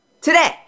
today